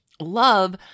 love